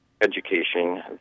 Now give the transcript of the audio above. education